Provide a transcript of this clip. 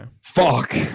Fuck